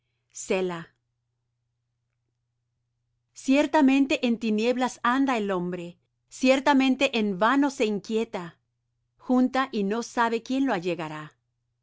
vive selah ciertamente en tinieblas anda el hombre ciertamente en vano se inquieta junta y no sabe quién lo allegará